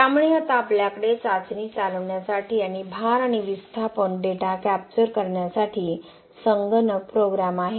त्यामुळे आता आपल्याकडे चाचणी चालवण्यासाठी आणि भार आणि विस्थापन डेटा कॅप्चर करण्यासाठी संगणक प्रोग्राम आहे